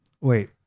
Wait